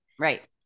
Right